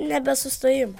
ne be sustojimo